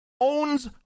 owns